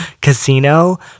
Casino